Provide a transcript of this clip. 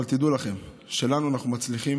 תדעו לכם שאנחנו מצליחים